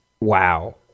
Wow